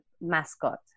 mascot